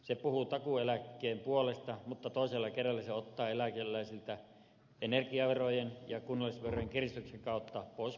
se puhuu takuueläkkeen puolesta mutta toisella kädellä se ottaa eläkeläisiltä energiaverojen ja kunnallisverojen kiristyksen kautta pois korotuksen vaikutukset